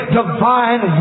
divine